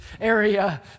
area